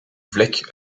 vlek